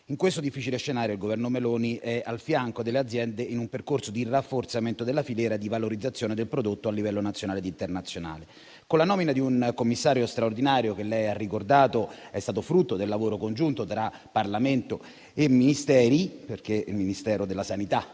In questo difficile scenario il Governo Meloni è al fianco delle aziende in un percorso di rafforzamento della filiera e di valorizzazione del prodotto a livello nazionale e internazionale. Con la nomina di un commissario straordinario, che lei ha ricordato essere stato frutto del lavoro congiunto tra Parlamento e Ministeri - è infatti il Ministero della salute